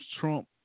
Trump